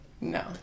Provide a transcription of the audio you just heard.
No